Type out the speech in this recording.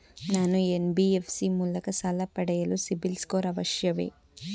ನಾನು ಎನ್.ಬಿ.ಎಫ್.ಸಿ ಮೂಲಕ ಸಾಲ ಪಡೆಯಲು ಸಿಬಿಲ್ ಸ್ಕೋರ್ ಅವಶ್ಯವೇ?